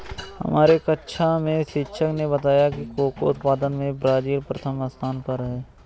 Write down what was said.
हमारे कक्षा में शिक्षक ने बताया कि कोको उत्पादन में ब्राजील प्रथम स्थान पर है